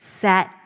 set